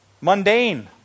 mundane